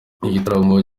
igitaramo